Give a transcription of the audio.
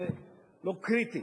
זה לא קריטי.